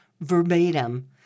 verbatim